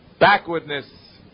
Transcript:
Backwardness